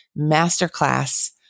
masterclass